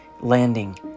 landing